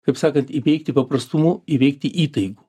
kaip sakant įveikti paprastumu įveikti įtaigu